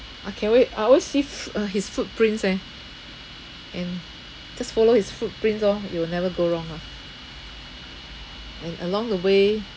I can alwa~ I always see foo~ uh his footprints eh and just follow his footprints orh it will never go wrong ah and along the way